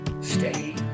Stay